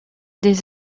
des